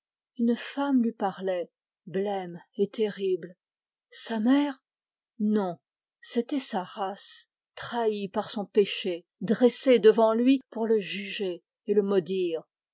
une femme lui parlait blême et terrible sa mère non c'était sa race trahie par son péché dressée devant lui pour le juger et le maudire